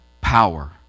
power